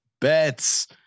bets